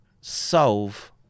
solve